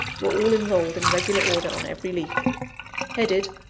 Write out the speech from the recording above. were all enrolled in regular order on every leaf headed,